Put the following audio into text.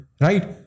right